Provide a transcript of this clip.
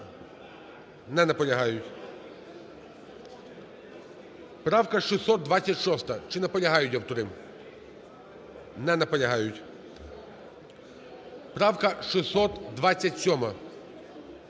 Не наполягають. Правка 626. Чи наполягають автори? Не наполягають. Правка 627.